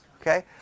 okay